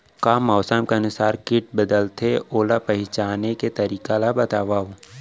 का मौसम के अनुसार किट बदलथे, ओला पहिचाने के तरीका ला बतावव?